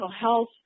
health